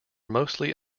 mostly